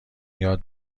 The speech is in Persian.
یاد